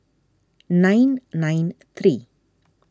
nine nine three